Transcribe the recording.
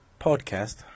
podcast